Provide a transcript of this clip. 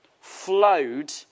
flowed